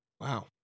Wow